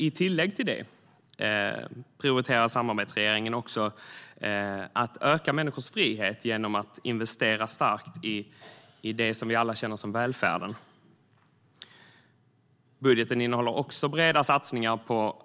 I tillägg till det prioriterar också samarbetsregeringen att öka människors frihet genom att investera starkt i det vi känner som "välfärden". Budgeten innehåller också breda satsningar på